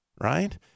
right